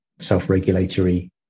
self-regulatory